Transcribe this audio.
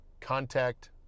Contact